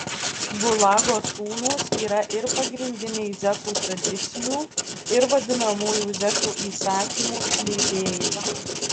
gulago sūnūs yra ir pagrindiniai zekų tradicijų ir vadinamųjų zekų įsakymų skleidėjai